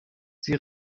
sie